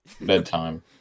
Bedtime